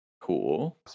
Cool